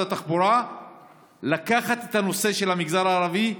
התחבורה לקחת את הנושא של המגזר הערבי,